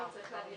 אנחנו רואים